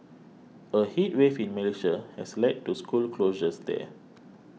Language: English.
a heat wave in Malaysia has led to school closures there